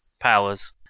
powers